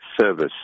service